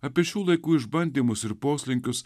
apie šių laikų išbandymus ir poslinkius